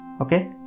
okay